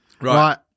Right